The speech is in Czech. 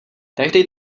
tehdy